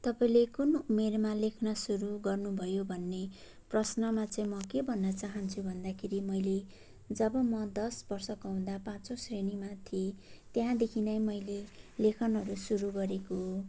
तपाईँले कुन उमेरमा लेख्न सुरु गर्नुभयो भन्ने प्रश्नमा चाहिँ म के भन्न चाहन्छु भन्दाखेरि मैले जब म दस वर्षको हुँदा पाँचौ श्रेणीमा थिएँ त्यहाँदेखि नै मैले लेखनहरू सुरु गरेको हो